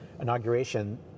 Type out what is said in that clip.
inauguration